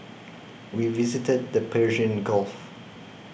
we visited the Persian Gulf